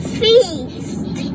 feast